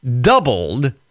doubled